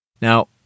Now